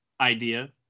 idea